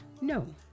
no